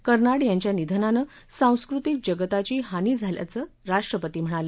कर्नाड यांच्या निधनानं सांस्कृतिक जगताची हानी झाली असल्याचं राष्ट्रपती म्हणाले